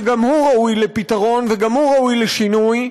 שגם הוא ראוי לפתרון וגם הוא ראוי לשינוי,